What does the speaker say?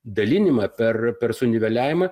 dalinimą per per suniveliavimą